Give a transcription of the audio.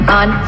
on